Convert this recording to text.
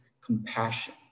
compassion